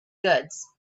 goods